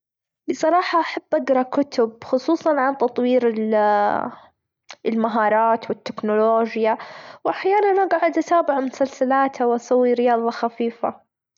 بصراحة أحب أجرا كتب خصوصًا عن تطوير ال المهارات، والتكنولوجيا وأحيانًا أجعد أتابع مسلسلات أو أسوي رياظة خفيفة.